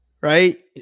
right